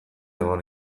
egon